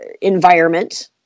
environment